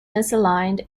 misaligned